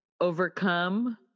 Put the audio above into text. overcome